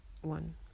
one